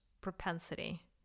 propensity